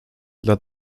dla